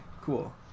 cool